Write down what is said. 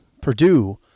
Purdue